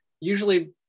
usually